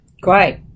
Great